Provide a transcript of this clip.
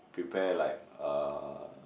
prepare like uh